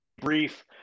brief